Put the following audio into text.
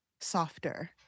softer